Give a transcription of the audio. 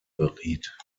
beriet